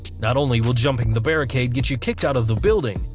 not only will jumping the barricade get you kicked out of the building,